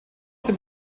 dem